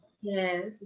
yes